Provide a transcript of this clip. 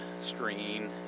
screen